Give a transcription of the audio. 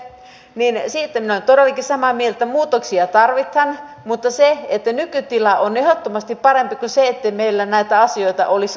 siitä minä olen todellakin samaa mieltä että muutoksia tarvitaan mutta nykytila on ehdottomasti parempi kuin se että meillä näitä asioita ei olisi ollenkaan